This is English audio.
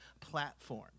platform